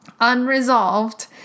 unresolved